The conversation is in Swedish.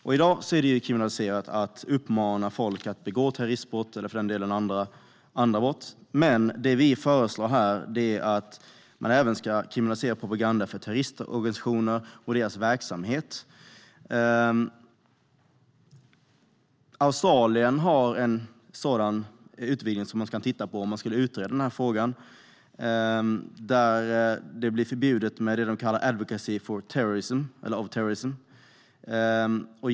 I dag är det kriminaliserat att uppmana människor att begå terroristbrott eller för den delen andra brott. Det vi föreslår här är att man även ska kriminalisera propaganda för terroristorganisationer och deras verksamhet. Australien har en sådan utvidgning som man kan titta på om man ska utreda frågan. Där blev det förbjudet med det de kallar advocacy of terrorism.